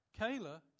Kayla